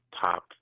top